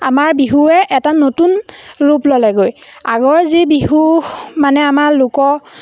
আমাৰ বিহুৱে এটা নতুন ৰূপ ল'লে গৈ আগৰ যি বিহু মানে আমাৰ লোক